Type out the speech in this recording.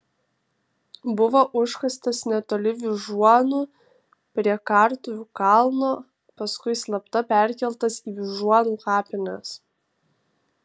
buvo užkastas netoli vyžuonų prie kartuvių kalno paskui slapta perkeltas į vyžuonų kapines